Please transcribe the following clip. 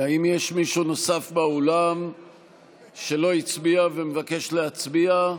האם יש מישהו נוסף באולם שלא הצביע ומבקש להצביע?